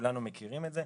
כולנו מכירים את זה,